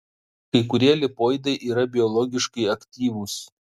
kai kurie lipoidai yra biologiškai aktyvūs